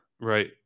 right